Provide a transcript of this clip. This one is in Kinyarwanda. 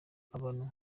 abantu